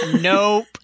Nope